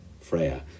Freya